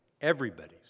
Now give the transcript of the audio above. Everybody's